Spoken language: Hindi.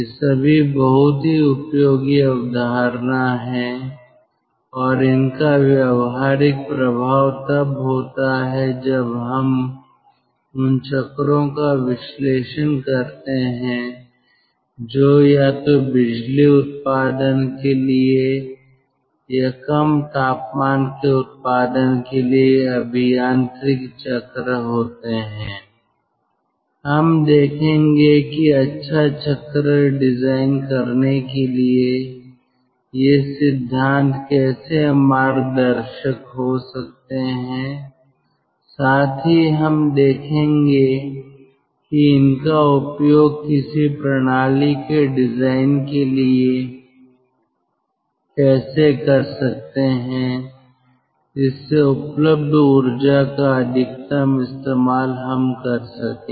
ये सभी बहुत ही उपयोगी अवधारणा हैं और इनका व्यावहारिक प्रभाव तब होता है जब हम उन चक्रों का विश्लेषण करते हैं जो या तो बिजली उत्पादन के लिए या कम तापमान के उत्पादन के लिए अभियांत्रिकी चक्र होते हैं हम देखेंगे कि अच्छा चक्र डिजाइन करने के लिए ये सिद्धांत कैसे मार्गदर्शक हो सकते हैं साथ ही हम देखेंगे कि इनका उपयोग किसी प्रणाली के डिजाइन के लिए कैसे कर सकते हैं जिससे उपलब्ध ऊर्जा का अधिकतम इस्तेमाल हम कर सकें